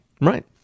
right